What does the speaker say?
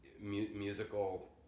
musical